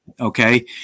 Okay